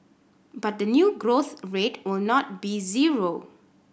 but the new growth rate will not be zero